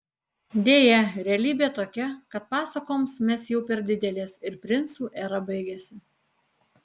deja realybė tokia kad pasakoms mes jau per didelės ir princų era baigėsi